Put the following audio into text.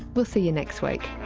we'll see you next week